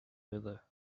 river